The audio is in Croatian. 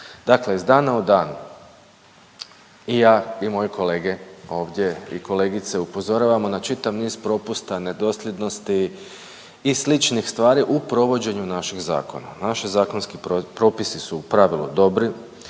Dakle, iz dana u dan i ja i moji kolege ovdje i kolegice upozoravamo na čitav niz propusta nedosljednosti i sličnih stvari u provođenju našeg zakona. Naši zakonski propisi su u pravilu dobri,